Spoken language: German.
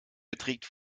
beträgt